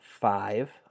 five